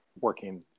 working